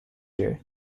year